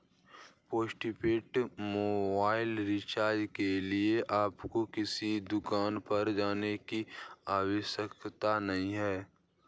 postpaid mobile recharge के लिए आपको किसी दुकान पर जाने की आवश्यकता नहीं है